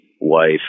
wife